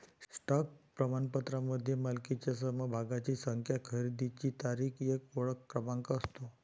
stock प्रमाणपत्रामध्ये मालकीच्या समभागांची संख्या, खरेदीची तारीख, एक ओळख क्रमांक असतो